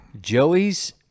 Joey's